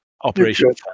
Operation